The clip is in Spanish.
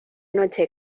noche